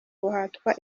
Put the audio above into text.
guhatwa